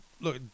look